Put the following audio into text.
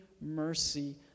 mercy